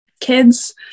kids